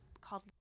called